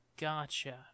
Gotcha